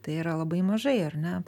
tai yra labai mažai ar ne